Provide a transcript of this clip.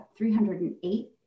308